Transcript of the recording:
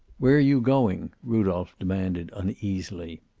where you going? rudolph demanded uneasily.